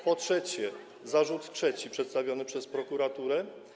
Po trzecie, zarzut trzeci przedstawiony przez prokuraturę.